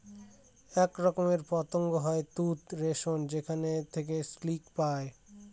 এক রকমের পতঙ্গ হয় তুত রেশম যেখানে থেকে সিল্ক পায়